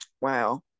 Wow